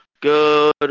good